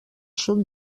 sud